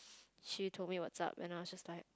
she told me what's up and I was just like